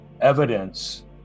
evidence